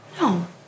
No